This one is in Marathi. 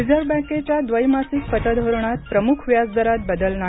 रिझर्व्ह बँकेच्या द्वैमासिक पतधोरणात प्रमुख व्याज दरात बदल नाही